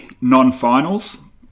non-finals